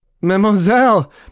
Mademoiselle